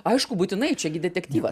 aišku būtinai čia gi detektyvas